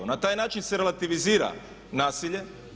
Na taj način se relativizira nasilje.